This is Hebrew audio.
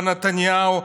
בנתניהו,